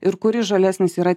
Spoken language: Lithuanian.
ir kuri žalesnis yra